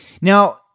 Now